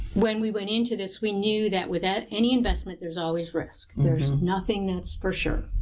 when we went into this, we knew that without any investment, there is always risk. there is nothing that is for sure.